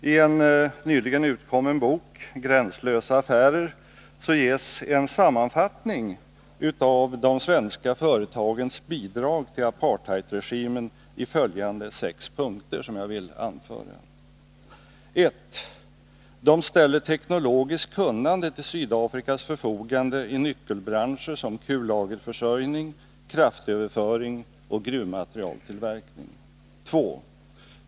I en nyligen utkommen bok, Gränslösa affärer, ges en sammanfattning av de svenska företagens bidrag till apartheidregimen i följande sex punkter: 1. De ställer teknologiskt kunnande till Sydafrikas förfogande i nyckelbranscher som kullagerförsörjning, kraftöverföring och gruvmaterieltillverkning. 2.